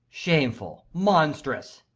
shameful! monstrous!